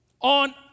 on